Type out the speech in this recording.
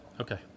Okay